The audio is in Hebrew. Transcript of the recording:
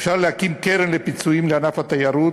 אפשר להקים קרן לפיצויים לענף התיירות,